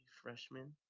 freshman